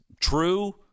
True